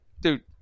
dude